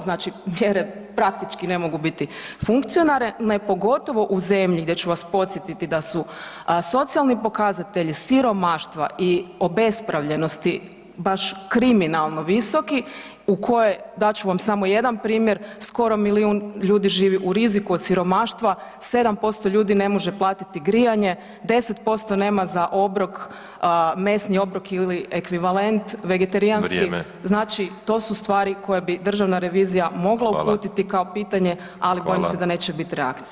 Znači mjere praktički ne mogu biti funkcionalne pogotovo u zemlji gdje ću vas podsjetiti da su socijalni pokazatelji siromaštva i obespravljenosti baš kriminalno visoki u koje, dat ću vam samo jedan primjer, skoro milijun ljudi živi u riziku od siromaštva, 7% ljudi ne može platiti grijanje, 10% za mesni obrok ili ekvivalent vegetarijanski, znači to su stvari koje bi Državna revizija mogla uputiti kao pitanje, ali bojim se da neće biti reakcije.